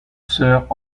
sir